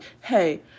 hey